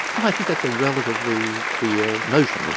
and i think that's a relatively clear notion. you know